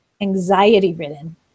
anxiety-ridden